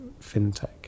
fintech